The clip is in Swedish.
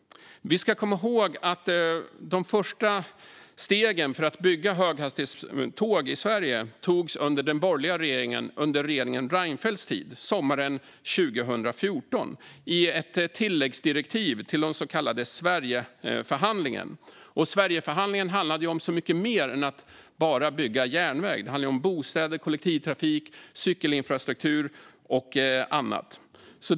Vi ska komma ihåg att de första stegen för att bygga höghastighetståg i Sverige togs under den borgerliga regeringen under Reinfeldts tid sommaren 2014 i ett tilläggsdirektiv till den så kallade Sverigeförhandlingen. Sverigeförhandlingen handlade ju om så mycket mer än om att bara bygga järnväg. Den handlade om bostäder, kollektivtrafik, cykelinfrastruktur och annat.